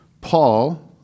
Paul